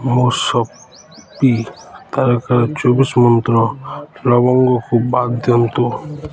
ମୋ ସପିଂ ତାଲିକାରୁ ଚବିଶ ମନ୍ତ୍ର ଲବଙ୍ଗକୁ ବାଦ୍ ଦିଅନ୍ତୁ